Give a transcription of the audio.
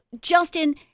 Justin